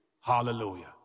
hallelujah